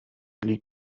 liegt